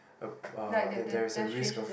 um uh that there's a risk of